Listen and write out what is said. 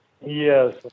Yes